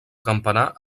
campanar